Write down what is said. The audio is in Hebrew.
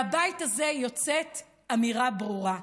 מהבית הזה יוצאת אמירה ברורה: